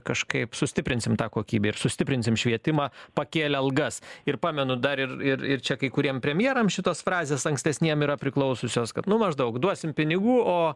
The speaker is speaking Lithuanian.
kažkaip sustiprinsim tą kokybę ir sustiprinsim švietimą pakėlę algas ir pamenu dar ir ir ir čia kai kuriem premjeram šitos frazės ankstesniem yra priklausiusios kad nu maždaug duosim pinigų o